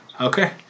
Okay